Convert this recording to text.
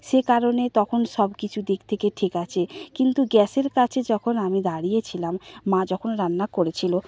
সে কারণে তখন সবকিছু দিক থেকে ঠিক আছে কিন্তু গ্যাসের কাছে যখন আমি দাঁড়িয়েছিলাম মা যখন রান্না করেছিল